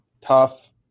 tough